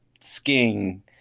skiing